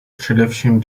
především